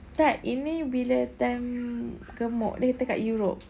tak ini bila time gemuk bila kita dekat europe